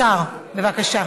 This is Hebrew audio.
השר, בבקשה.